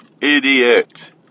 Idiot